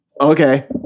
okay